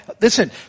Listen